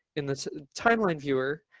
in the timeline viewer,